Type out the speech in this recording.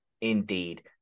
Indeed